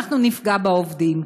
נפגע בעובדים.